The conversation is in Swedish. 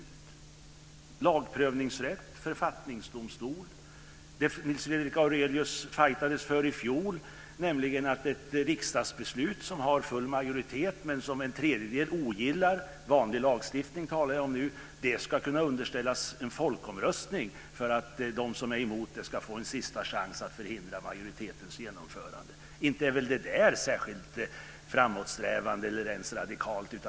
Det talas om lagprövningsrätt och författningsdomstol. Nils Fredrik Aurelius fightades i fjol för att ett riksdagsbeslut som har full majoritet men som en tredjedel ogillar - jag talar nu om vanlig lagstiftning - ska kunna underställas en folkomröstning för att de som är emot det ska få en sista chans att förhindra majoritetens genomförande. Inte är väl det särskilt framåtsträvande eller ens radikalt?